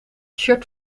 shirt